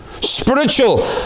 Spiritual